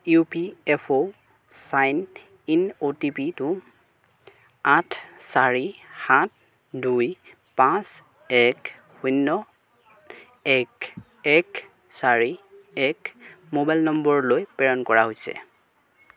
U P F অ' sign in O T P to আঠ চাৰি সাত দুই পাঁচ এক শূন্য় এক এক চাৰি এক মোবাইল নম্বৰলৈ প্ৰেৰণ কৰা হৈছে